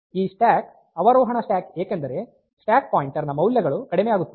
ಈ ಸ್ಟಾಕ್ ಅವರೋಹಣ ಸ್ಟ್ಯಾಕ್ ಏಕೆಂದರೆ ಸ್ಟ್ಯಾಕ್ ಪಾಯಿಂಟರ್ ನ ಮೌಲ್ಯಗಳು ಕಡಿಮೆಯಾಗುತ್ತಿವೆ